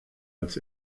als